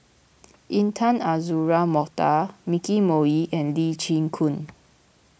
Intan Azura Mokhtar Nicky Moey and Lee Chin Koon